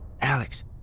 Alex